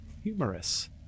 humorous